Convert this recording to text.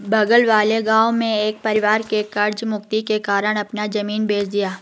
बगल वाले गांव में एक परिवार ने कर्ज मुक्ति के कारण अपना जमीन बेंच दिया